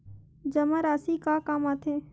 जमा राशि का काम आथे?